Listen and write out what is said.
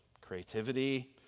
creativity